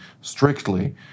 strictly